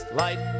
light